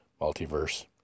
multiverse